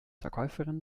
verkäuferin